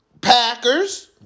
Packers